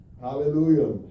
Hallelujah